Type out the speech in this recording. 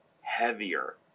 heavier